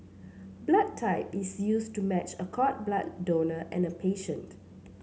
blood type is used to match a cord blood donor and a patient